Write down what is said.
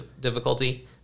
difficulty